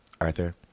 Arthur